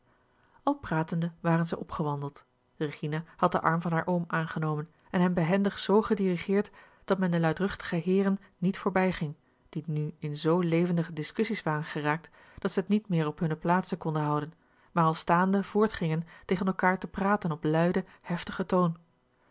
al pratende waren zij opgewandeld regina had den arm van haar oom aangenomen en hem behendig z gedirigeerd dat men de luidruchtige heeren niet voorbijging die nu in zoo levendige discussies waren geraakt dat ze t niet meer op hunne plaatsen konden houden maar al staande voortgingen tegen elkaar te praten op luiden heftigen toon